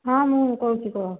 ହଁ ମୁଁ କହୁଛି କୁହ